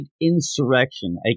insurrection